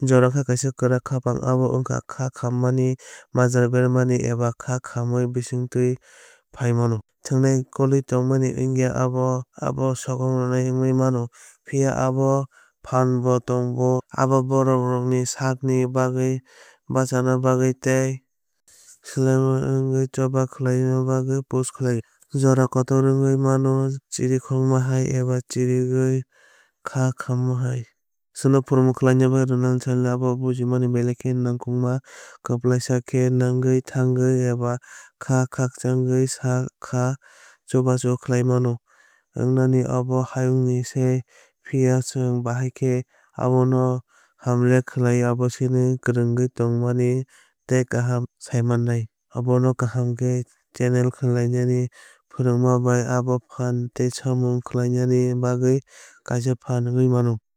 Jora wngkha kaisa kwrak khápang abo wngkha khá khammani majra bermani eba khá khammani bisingtwi phaiwi mano. Thungnai kolwi tongmani wngya abo sokomornai wngwi mano. Phiya abo phanbo tong bo abo borokrokno sakni bagwi bachana bagwi tei swlaimung wngwui choba khlaina bagwi push khlaio. Jora kotor wngwui mano chirikhókma hai eba chirigwi khá khamma hai. Chwngno phwrungmung khlaina bagwi rwmani slai abono bujinani belai nangkukmani. Kwplaisa khe nwngwi thángwi eba khá khakchangwui sa kha chubachu khlaiwi mano. Wngmani abo haiyung ni se phiya chwng bahai khe abono hamle khlaio abo chini kwrwngwi tongmani tei kaham sai manai. Obono kaham khe channel khlainani phwrwngma bai abo phan tei samung khlainani bagwi kaisa phan wngwui mano.